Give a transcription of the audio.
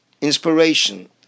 inspiration